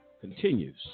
continues